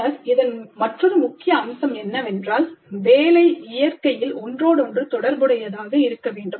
பின்னர் இதன் மற்றொரு முக்கிய அம்சம் என்னவென்றால் வேலை இயற்கையில் ஒன்றோடொன்று தொடர்புடையதாக இருக்க வேண்டும்